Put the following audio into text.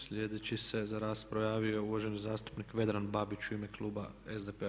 Sljedeći se za raspravu javio uvaženi zastupnik Vedran Babić u ime kluba SDP-a.